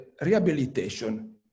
rehabilitation